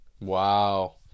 Wow